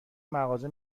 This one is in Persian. مغازه